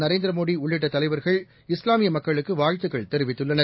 நரேந்திரமோடிஉள்ளிட்டதலைவர்கள் இஸ்லாமியமக்களுக்குவாழ்த்துக்கள் தெரிவித்துள்ளனர்